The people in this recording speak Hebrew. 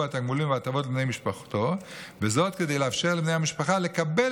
התגמולים וההטבות לבני משפחתו כדי לאפשר לבני המשפחה לקבל